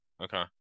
Okay